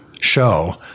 show